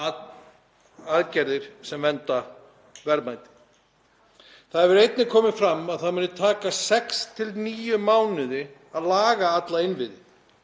aðgerðir sem vernda verðmæti. Það hefur einnig komið fram að það muni taka sex til níu mánuði að laga alla innviði.